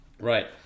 Right